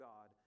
God